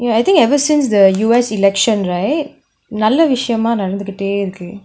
ya I think ever since the us election right நல்ல விஷயமா நடத்துகிட்டே இருக்கு:nalla vishayamaa nadathukittae iruku